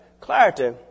Clarity